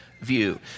view